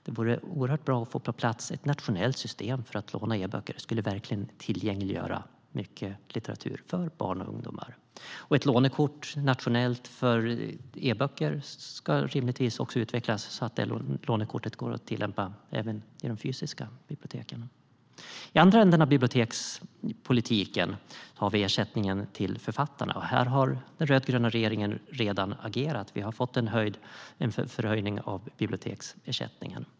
Det vore bra att få på plats ett nationellt system för att låna e-böcker. Det skulle tillgängliggöra mycket litteratur för barn och ungdomar. Ett nationellt lånekort för e-böcker ska rimligtvis även kunna användas på de fysiska biblioteken. I andra änden av bibliotekspolitiken har vi ersättningen till författarna. Här har den rödgröna regeringen redan agerat och höjt biblioteksersättningen.